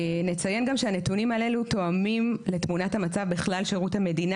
נציין גם שהנתונים הללו תואמים לתמונת המצב בכלל שירות המדינה,